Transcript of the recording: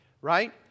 right